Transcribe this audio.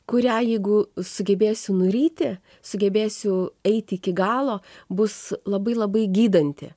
kurią jeigu sugebėsiu nuryti sugebėsiu eiti iki galo bus labai labai gydanti